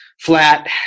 flat